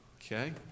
Okay